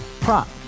prop